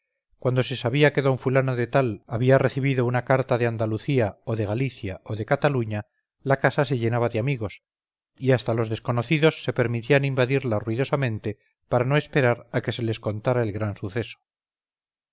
cuando se sabía que d fulano de tal había recibido una carta de andalucía o de galicia o de cataluña la casa se llenaba de amigos y hasta los desconocidos se permitían invadirla ruidosamente para no esperar a que se les contara el gran suceso